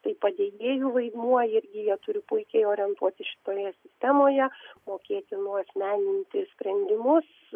tai padėjėjų vaidmuo irgi jie turi puikiai orientuotis šitoje sistemoje mokėti nuasmeninti sprendimus